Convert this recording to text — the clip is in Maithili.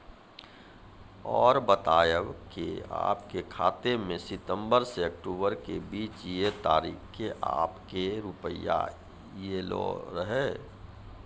और बतायब के आपके खाते मे सितंबर से अक्टूबर के बीज ये तारीख के आपके के रुपिया येलो रहे?